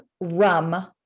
RUM